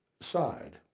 side